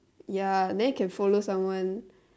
ya then you can follow someone